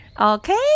okay